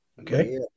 Okay